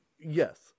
Yes